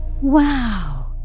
Wow